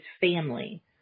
family